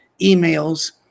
emails